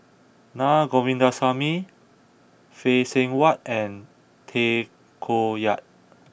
Na Govindasamy Phay Seng Whatt and Tay Koh Yat